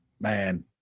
Man